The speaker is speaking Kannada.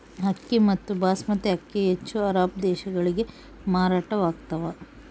ಅಕ್ಕಿ ಮತ್ತು ಬಾಸ್ಮತಿ ಅಕ್ಕಿ ಹೆಚ್ಚು ಅರಬ್ ದೇಶಗಳಿಗೆ ಮಾರಾಟವಾಗ್ತಾವ